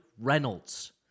Reynolds